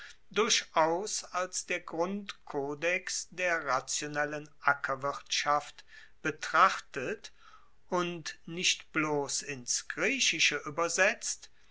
durchaus als der grundkodex der rationellen ackerwirtschaft betrachtet und nicht bloss ins griechische uebersetzt